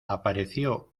apareció